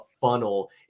funnel